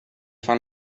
fan